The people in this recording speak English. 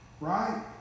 right